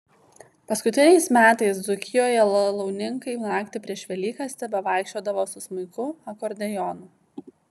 paskutiniais metais dzūkijoje lalauninkai naktį prieš velykas tebevaikščiodavo su smuiku akordeonu